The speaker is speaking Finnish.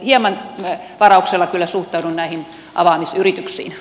hieman varauksella kyllä suhtaudun näihin avaamisyrityksiin